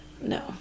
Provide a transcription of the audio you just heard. No